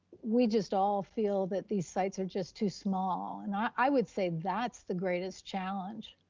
we just all feel that these sites are just too small. and i would say that's the greatest challenge.